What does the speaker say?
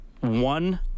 one